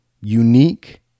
unique